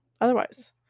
otherwise